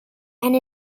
and